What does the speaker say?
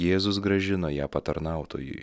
jėzus grąžino ją patarnautojui